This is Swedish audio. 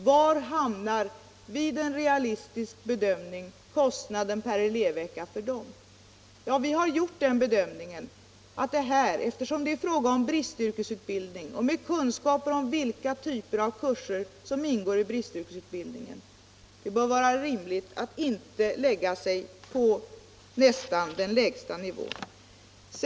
Var hamnar kostnaden per elevvecka för denna utbildning vid en realistisk bedömning? Med kunskap om vilka typer av kurser som ingår i bristyrkesutbildning bör det vara rimligt att man inte lägger sig på den lägsta nivån.